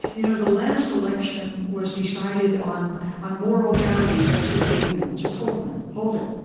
you know, the last election was decided on on moral values. i said, wait a minute. just hold a minute. hold it.